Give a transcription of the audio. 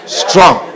strong